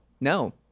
No